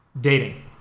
Dating